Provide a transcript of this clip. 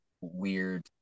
Weird